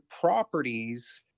properties